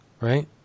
right